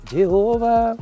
Jehovah